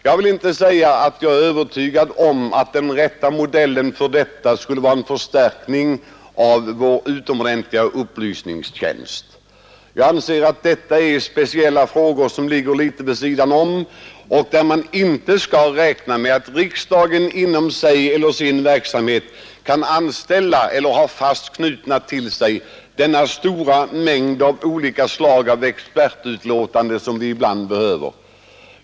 Jag är inte övertygad om att den rätta modellen skulle vara en förstärkning av vår utomordentliga upplysningstjänst. Jag anser att det här är speciella frågor som ligger litet vid sidan om och man skall inte därvidlag räkna med att riksdagen inom sig eller sin verksamhet kan anställa eller ha fast knuten till sig den stora mängd av olika experter som vi ibland behöver.